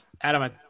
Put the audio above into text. Adam